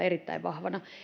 erittäin vahvana